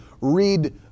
read